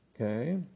Okay